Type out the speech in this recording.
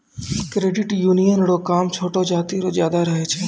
credit union रो काम छोटो जाति रो ज्यादा रहै छै